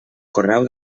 correu